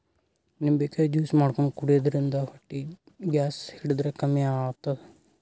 ನಿಂಬಿಕಾಯಿ ಜ್ಯೂಸ್ ಮಾಡ್ಕೊಂಡ್ ಕುಡ್ಯದ್ರಿನ್ದ ಹೊಟ್ಟಿ ಗ್ಯಾಸ್ ಹಿಡದ್ರ್ ಕಮ್ಮಿ ಆತದ್